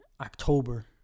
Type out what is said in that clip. October